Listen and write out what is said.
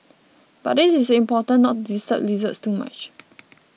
but it is important not to disturb lizards too much